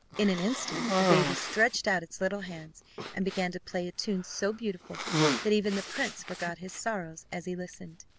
in an instant the baby stretched out its little hands and began to play a tune so beautiful that even the prince forgot his sorrows as he listened.